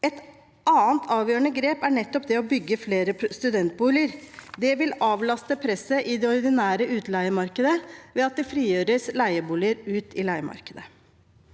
Et annet avgjørende grep er nettopp å bygge flere studentboliger. Det vil avlaste presset i det ordinære utleiemarkedet ved at det frigjøres leieboliger ute i leiemarkedet.